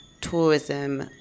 tourism